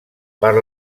per